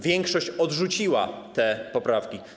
Większość odrzuciła te poprawki.